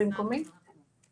מפה יעבירו את השקפים,